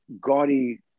gaudy